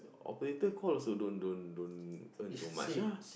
operator call also don't don't don't earn so much ah